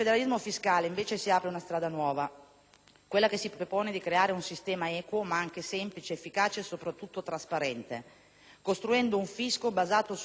quella che si propone di creare un sistema equo, ma anche semplice, efficace e, soprattutto, trasparente. Costruendo un fisco basato sulla semplicità delle regole